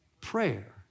Prayer